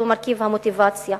שהוא מרכיב המוטיבציה,